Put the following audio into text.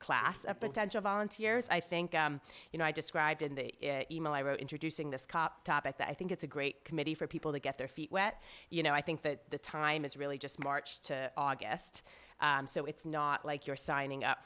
class of potential volunteers i think you know i described in the email i wrote introducing this cop topic that i think it's a great committee for people to get their feet wet you know i think that the time is really just march to august so it's not like you're signing up